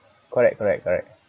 correct correct correct